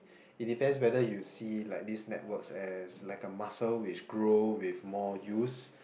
it depends whether you see like this networks as like a muscle which grow with more use